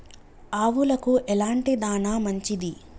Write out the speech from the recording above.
ఆవులకు ఎలాంటి దాణా మంచిది?